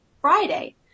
Friday